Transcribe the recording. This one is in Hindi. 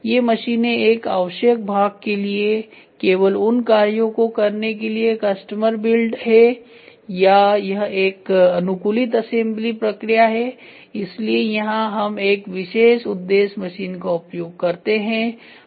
ये मशीनें एक आवश्यक भाग के लिए केवल उन कार्यों को करने के लिए कस्टम बिल्ड हैं या यह एक अनुकूलित असेंबली प्रक्रिया है इसलिए यहां हम एक विशेष उद्देश्य मशीन का उपयोग करते हैं